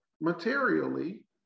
materially